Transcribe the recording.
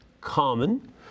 common